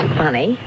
funny